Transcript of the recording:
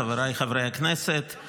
חבריי חברי הכנסת,